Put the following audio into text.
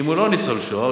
אם הוא לא ניצול שואה.